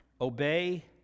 Obey